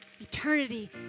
Eternity